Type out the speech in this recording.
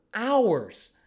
hours